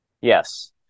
Yes